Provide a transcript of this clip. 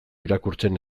irakurtzen